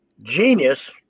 genius